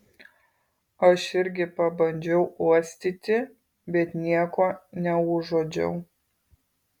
aš irgi pabandžiau uostyti bet nieko neužuodžiau